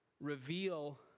reveal